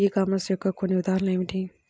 ఈ కామర్స్ యొక్క కొన్ని ఉదాహరణలు ఏమిటి?